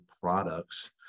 products